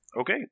Okay